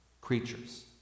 creatures